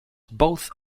both